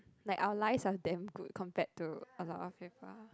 like our lives are damn good compared to a lot of people